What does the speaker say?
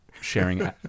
sharing